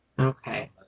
Okay